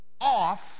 off